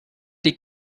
die